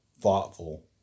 thoughtful